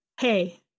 hey